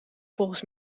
volgens